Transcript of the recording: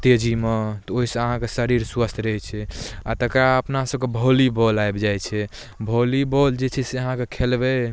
तेजीमे तऽ ओइसँ अहाँके शरीर स्वस्थ रहै छै आओर तकरबाद अपनासब को वॉलीबॉल आबि जाइ छै वॉलीबॉल जे छै से अहाँके खेलबै